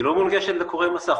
היא לא מונגשת בקורא מסך.